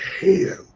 hand